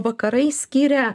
vakarai skiria